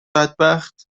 بدبخت